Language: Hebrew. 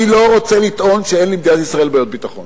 אני לא רוצה לטעון שאין למדינת ישראל בעיות ביטחון.